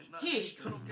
History